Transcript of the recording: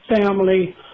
family